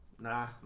Nah